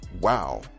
wow